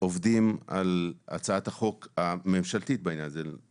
עובדים על הצעת החוק הממשלתית בעניין הזה,